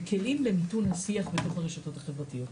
בכלים למיתון השיח בתוך הרשתות החברתיות.